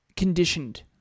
conditioned